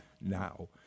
now